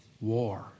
War